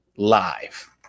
live